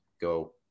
go